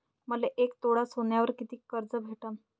मले एक तोळा सोन्यावर कितीक कर्ज भेटन?